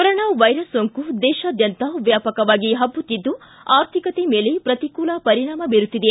corona virus ಸೋಂಕು ದೇಶಾದ್ಯಂತ ವ್ಯಾಪಕವಾಗಿ ಹಬ್ಬುತ್ತಿದ್ದು ಆರ್ಥಿಕತೆ ಮೇಲೆ ಪ್ರತಿಕೂಲ ಪರಿಣಾಮ ಬೀರುತ್ತಿದೆ